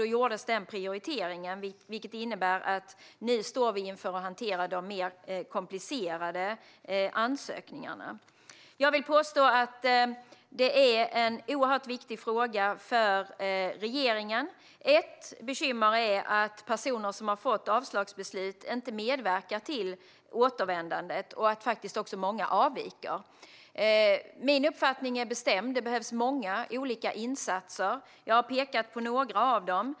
Det gjordes en prioritering som innebär att vi nu står inför att hantera de mer komplicerade ansökningarna. Jag vill påstå att detta är en oerhört viktig fråga för regeringen. Ett bekymmer är att personer som har fått avslagsbeslut inte medverkar till återvändandet och att många faktiskt avviker. Min uppfattning är bestämd. Det behövs många olika insatser. Jag har pekat på några av dem.